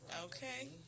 Okay